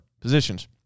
positions